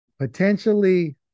potentially